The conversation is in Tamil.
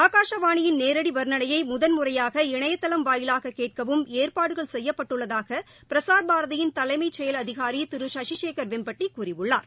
ஆகஷவாணியின் நேரடிவா்ணனையைமுதன் முறையாக இணையதளம் வாயிலாககேட்கவும் ஏற்பாடுகள் செய்யப்பட்டுள்ளதாகபிரஸார் பாரதியின் தலைமம அதிகாரிதிருசசிசேகர் செயல் வெம்பட்டகூறியுள்ளார்